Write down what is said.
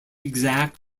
exact